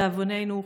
לדאבוננו,